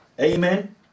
Amen